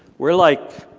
we're, like,